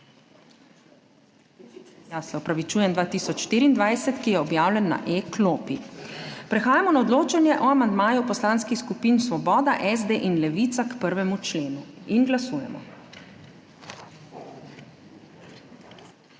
21. maja 2024, ki je objavljen na e-klopi. Prehajamo na odločanje o amandmaju poslanskih skupin Svoboda, SD in Levica k 1. členu. Glasujemo.